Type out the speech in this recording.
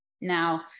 Now